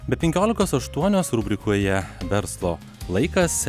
be penkiolikos aštuonios rubrikoje verslo laikas